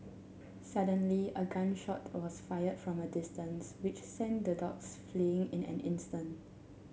suddenly a gun shot was fired from a distance which sent the dogs fleeing in an instant